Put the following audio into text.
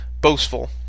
boastful